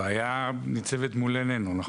הבעיה ניצבת מול עינינו.